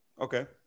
Okay